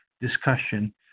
discussion